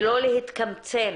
ולא להתקמצן,